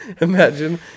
Imagine